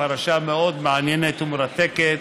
פרשה מאוד מעניינת ומרתקת,